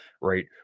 right